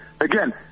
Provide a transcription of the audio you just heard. again